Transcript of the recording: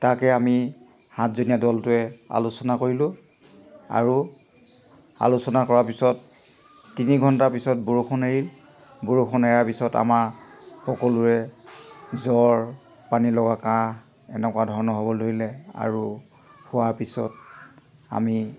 তাকে আমি সাতজনীয়া দলটোৱে আলোচনা কৰিলোঁ আৰু আলোচনা কৰাৰ পিছত তিনি ঘণ্টাৰ পিছত বৰষুণ এৰিল বৰষুণ এৰা পিছত আমাৰ সকলোৱে জ্বৰ পানী লগা কাঁহ এনেকুৱা ধৰণৰ হ'বলৈ ধৰিলে আৰু হোৱাৰ পিছত আমি